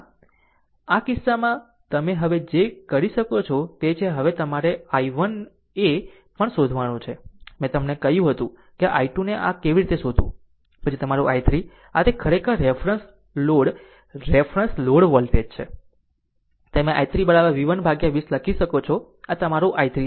આમ આ કિસ્સામાં તમે હવે જે કરી શકો તે છે હવે તમારે i i1 એ પણ શોધવાનું છે મેં તમને કહ્યું હતું કે i2 ને આ કેવી રીતે શોધવું પછી તમારું i3 આ તે ખરેખર reference load reference load voltage છે તમે i3 v1 by 20 લખી શકો છો આ તમારું i3 છે